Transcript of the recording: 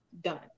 done